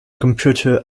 computer